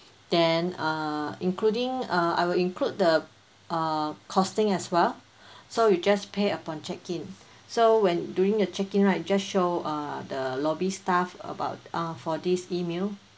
then uh including uh I will include the uh costing as well so you just pay upon check-in so when during your check-in right just show uh the lobby staff about uh for this email